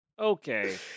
Okay